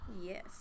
Yes